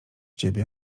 ciebie